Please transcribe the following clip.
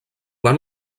van